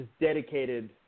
dedicated